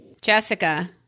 jessica